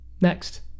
next